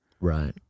Right